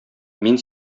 мин